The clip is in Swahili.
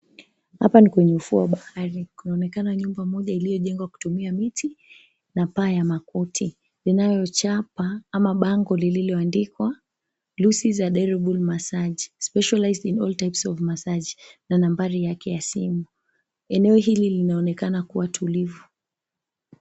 Hapa ni kwenye ufuo wa bahari, kunaonekana nyumba moja iliyojengwa kutumia miti na paa ya makuti, inayochapa ama bango lililoandikwa, Lucy Adereble Massage Specialised in All Types of Massage na nambari yake ya simu. Eneo hili linaonekana kuwa tulivu.